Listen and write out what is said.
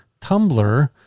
Tumblr